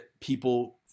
people